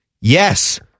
yes